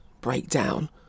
breakdown